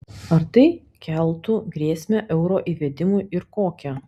ar tai keltų grėsmę euro įvedimui ir kokią